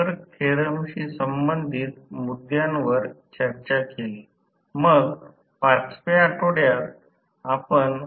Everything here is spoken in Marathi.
टॉर्क स्लिप संबंध बर्यापैकी रेषीय असतात